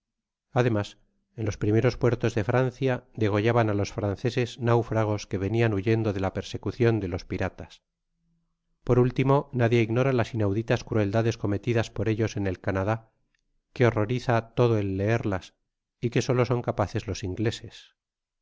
ademas en los mismos puertos de francia degollaban a los franceses naufragos que venian huyendo de la persecucion de los piratas por último nadie ignora las inauditas crueldades cometidas por ellos en el canadá que horroriza solo el leerlas y que solo son capaces los ingleses